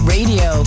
Radio